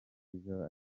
ijoro